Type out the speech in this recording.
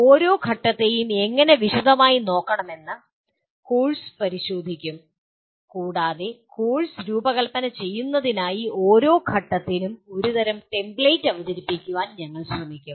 ഓരോ ഘട്ടത്തെയും എങ്ങനെ വിശദമായി നോക്കാമെന്ന് കോഴ്സ് പരിശോധിക്കും കൂടാതെ കോഴ്സ് രൂപകൽപ്പന ചെയ്യുന്നതിനായി ഓരോ ഘട്ടത്തിനും ഒരു തരം ടെംപ്ലേറ്റ് അവതരിപ്പിക്കാൻ ഞങ്ങൾ ശ്രമിക്കും